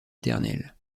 éternelle